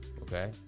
Okay